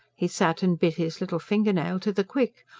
he sat and bit his little-finger nail to the quick.